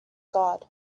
god